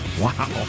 Wow